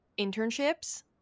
internships